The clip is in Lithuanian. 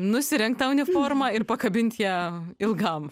nusirengt tą uniformą ir pakabint ją ilgam